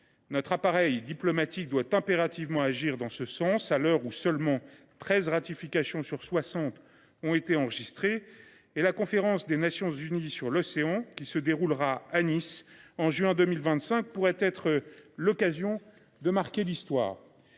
Notre appareil diplomatique doit impérativement agir en ce sens, à l’heure où seules treize ratifications sur soixante ont été enregistrées. La conférence des Nations unies sur l’océan, qui se déroulera à Nice en juin 2025, pourrait être l’occasion de marquer l’histoire.